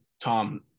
Tom